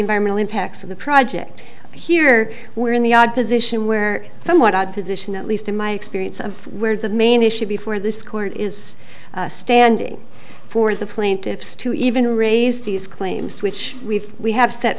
environmental impacts of the project here we're in the odd position where somewhat odd position at least in my experience of where the main issue before this court is standing for the plaintiffs to even raise these claims which we've we have set